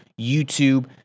YouTube